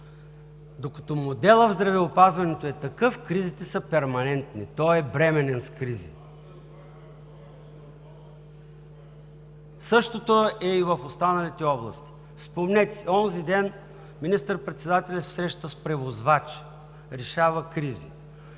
докато моделът в здравеопазването е такъв, кризите са перманентни. Той е бременен с кризи. Същото е и в останалите области. Спомнете си, онзи ден министър-председателят се среща с превозвачи, решава кризи.